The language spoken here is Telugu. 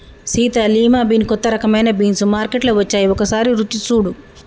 సీత లిమా బీన్ కొత్త రకమైన బీన్స్ మార్కేట్లో వచ్చాయి ఒకసారి రుచి సుడు